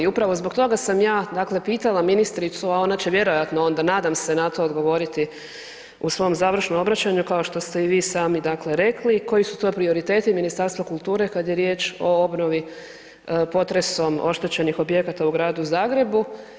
I upravo zbog toga sam ja dakle pitala ministricu, a ona će vjerojatno onda nadam se na to odgovoriti u svom završnom obraćanju kao što ste i vi sami dakle rekli, koji su to prioriteti Ministarstva kulture kad je riječ o obnovi potresom oštećenih objekata u Gradu Zagrebu.